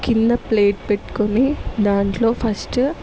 కింద ప్లేట్ పెట్టుకుని దాంట్లో ఫస్ట్